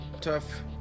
Tough